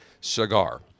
cigar